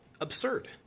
absurd